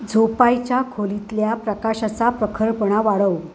झोपायच्या खोलीतल्या प्रकाशाचा प्रखरपणा वाढव